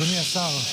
אדוני השר,